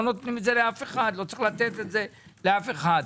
לא צריך לתת את זה לאף אחד.